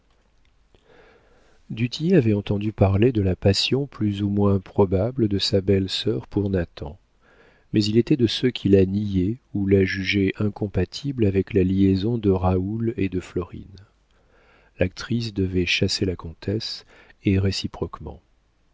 tillet avait entendu parler de la passion plus ou moins probable de sa belle-sœur pour nathan mais il était de ceux qui la niaient ou la jugeaient incompatible avec la liaison de raoul et de florine l'actrice devait chasser la comtesse et réciproquement